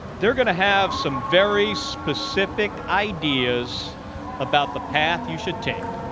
they're going to have some very specific ideas about the path you should take,